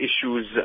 issues